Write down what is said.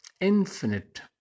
infinite